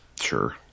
Sure